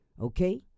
okay